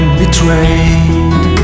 betrayed